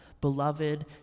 beloved